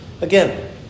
Again